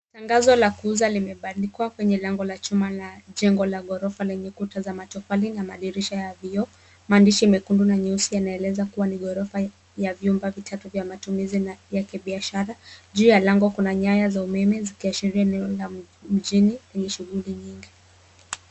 Tangazo la kuuza limebandikwa kwenye lango la chuma la jengo la ghorofa lenye kuta za matofali na madirisha ya vioo. Maandishi mekundu na nyeusi yanaeleza kuwa ni ghorofa ya vyumba vitatu vya matumizi na ya kibiashara. Juu ya lango kuna nyaya za umeme zikiashiria eneo la mjini yenye shughuli nyingi.